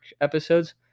episodes